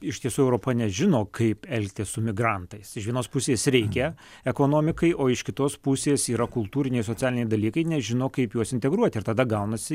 iš tiesų europa nežino kaip elgtis su migrantais iš vienos pusės reikia ekonomikai o iš kitos pusės yra kultūriniai socialiniai dalykai nežino kaip juos integruoti ir tada gaunasi